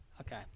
Okay